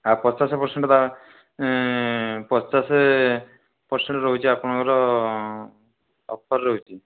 ଆଉ ପଚାଶ ପରସେଣ୍ଟ ବା ଏଁ ପଚାଶ ପରସେଣ୍ଟ ରହୁଛି ଆପଣଙ୍କର ଅଫର୍ ରହୁଛି